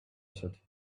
desert